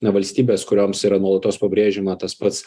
valstybės kurioms yra nuolatos pabrėžiama tas pats